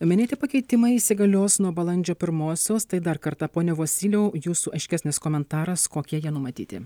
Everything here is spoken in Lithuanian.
minėti pakeitimai įsigalios nuo balandžio pirmosios tai dar kartą pone vosyliau jūsų aiškesnis komentaras kokie jie numatyti